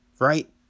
Right